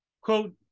Quote